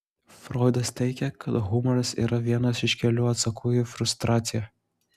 froidas teigė kad humoras yra vienas iš kelių atsakų į frustraciją